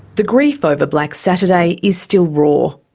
the grief over black saturday is still raw.